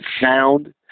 sound